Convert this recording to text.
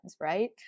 right